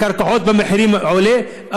מחיר הקרקעות עולה,